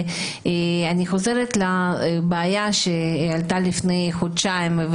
ואני חוזרת לבעיה שעלתה לפני חודשיים,